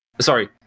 Sorry